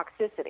toxicity